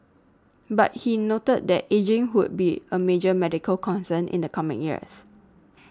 but he noted that ageing would be a major medical concern in the coming years